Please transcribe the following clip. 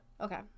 Okay